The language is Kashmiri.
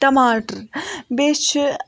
ٹماٹر بیٚیہِ چھُ